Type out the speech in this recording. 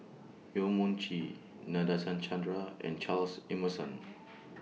Yong Mun Chee Nadasen Chandra and Charles Emmerson